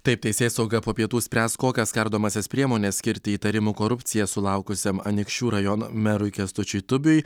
taip teisėsauga po pietų spręs kokias kardomąsias priemones skirti įtarimų korupcija sulaukusiam anykščių rajono merui kęstučiui tubiui